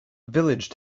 village